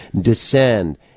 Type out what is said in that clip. Descend